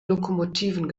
lokomotiven